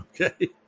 Okay